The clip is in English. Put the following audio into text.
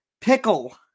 pickle